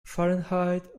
fahrenheit